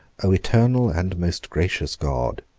o eternal and most gracious god,